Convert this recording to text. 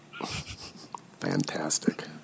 Fantastic